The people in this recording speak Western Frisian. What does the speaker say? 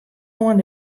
oan